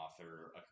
author